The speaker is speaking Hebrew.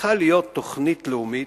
צריכה להיות תוכנית לאומית,